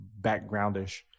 backgroundish